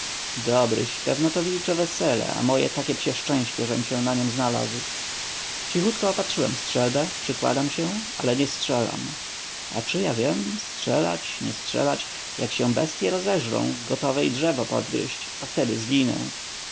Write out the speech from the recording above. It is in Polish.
dobryś pewno to wilcze wesele a moje takie psie szczęście żem się na niem znalazł cichutko opatrzyłem strzelbę przykładam się ale nie strzelam a czy ja wiem strzelać nie strzelać jak się bestye rozeżrą gotowe i drzewo podgryźć a wtedy zginę